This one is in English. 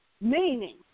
meaning